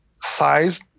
size